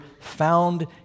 found